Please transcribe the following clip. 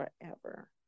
forever